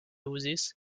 uzis